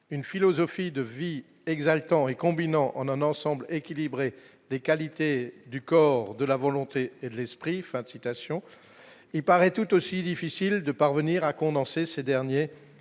une philosophie de vie exaltant et combinant en un ensemble équilibré les qualités du corps de la volonté et de l'esprit, fin de citation, il paraît tout aussi difficile de parvenir à condenser ces derniers